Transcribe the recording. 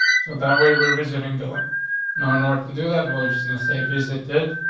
so that way we're visiting dealing no, in order to do that was just gonna say visit dead.